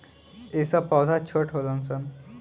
ई सब पौधा छोट होलन सन